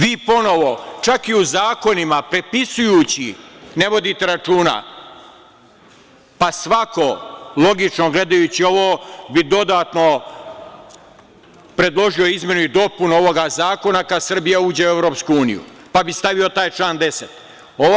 Vi ponovo, čak i u zakonima prepisujući ne vodite računa, pa svako logično gledajući ovo bi dodatno predložio izmenu i dopunu ovog zakona kada Srbija uđe u EU, pa bi stavio taj član 10.